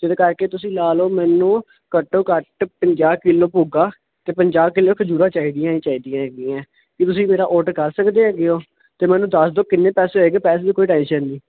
ਜਿਹਦੇ ਕਰਕੇ ਤੁਸੀਂ ਲਾ ਲਓ ਮੈਨੂੰ ਘੱਟੋ ਘੱਟ ਪੰਜਾਹ ਕਿਲੋ ਭੁੱਗਾ ਅਤੇ ਪੰਜਾਹ ਕਿਲੋ ਖਜੂਰਾਂ ਚਾਹੀਦੀਆਂ ਹੀ ਚਾਹੀਦੀਆਂ ਹੈਗੀਆਂ ਬਈ ਤੁਸੀਂ ਮੇਰਾ ਔਡਰ ਕਰ ਸਕਦੇ ਹੈਗੇ ਹੋ ਅਤੇ ਮੈਨੂੰ ਦੱਸ ਦਿਓ ਕਿੰਨੇ ਪੈਸੇ ਹੈਗੇ ਪੈਸੇ ਵੀ ਕੋਈ ਟੈਂਸ਼ਨ ਨਹੀਂ